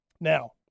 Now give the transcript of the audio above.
Now